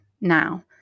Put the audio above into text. now